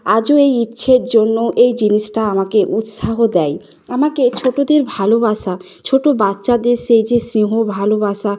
আজও এই ইচ্ছের জন্য এই জিনিসটা আমাকে উৎসাহ দেয় আমাকে ছোটোদের ভালোবাসা ছোটো বাচ্চাদের সেই যে স্নেহ ভালোবাসা